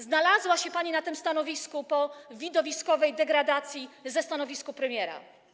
Znalazła się pani na tym stanowisku po widowiskowej degradacji ze stanowiska premiera.